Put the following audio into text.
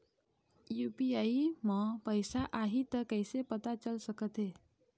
UPI म पैसा आही त कइसे पता चल सकत हे?